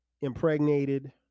impregnated